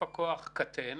דיווח על עבודתה,